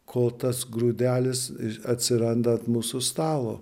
kol tas grūdelis atsiranda ant mūsų stalo